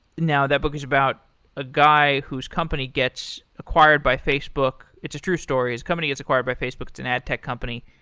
now, that book is about a guy whose company gets acquired by facebook. it's a true story. his company gets acquired by facebook, it's an adtech company.